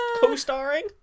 co-starring